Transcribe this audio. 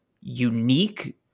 unique